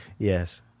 Yes